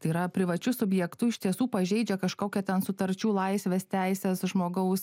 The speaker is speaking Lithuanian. tai yra privačių subjektų iš tiesų pažeidžia kažkokią ten sutarčių laisves teises žmogaus